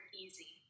easy